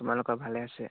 তোমালোকৰ ভালে আছে